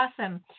awesome